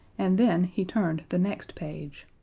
and then he turned the next page.